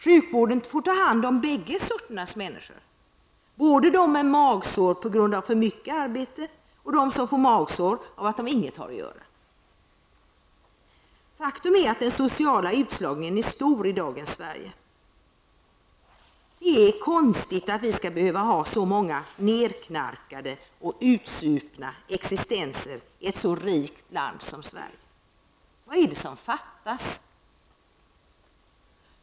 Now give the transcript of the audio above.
Sjukvården får ta hand om båda dessa grupper, både dem med magsår på grund av för mycket arbete och dem som får magsår på grund av att de ingenting har att göra. Faktum är att den sociala utslagningen är stor i dagens Sverige. Det är konstigt att vi skall behöva så många nerknarkade och utsupna existenser i ett så rikt land som Sverige. Vad är det som fattas?